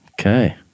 Okay